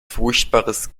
furchtbares